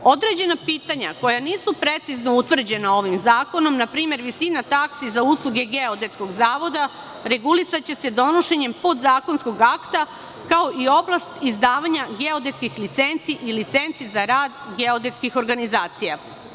Određena pitanja koja nisu precizno utvrđena ovim zakonom, npr. visina taksi za usluge Geodetskog zavoda, regulisaće se donošenjem podzakonskog akta, kao i oblast izdavanja geodetskih licenci i licenci za rad geodetskih organizacija.